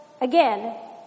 again